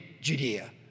Judea